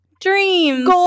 dreams